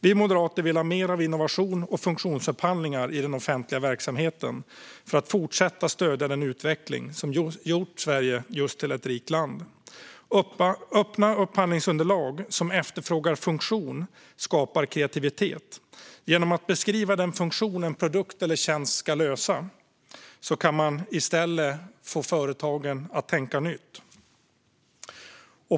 Vi moderater vill ha mer av innovations och funktionsupphandlingar i offentlig verksamhet för att fortsätta stödja den utveckling som gjort Sverige till ett rikt land. Öppna upphandlingsunderlag som efterfrågar funktion skapar kreativitet. Genom att beskriva den funktion en produkt eller tjänst ska ha kan man få företagen att tänka nytt.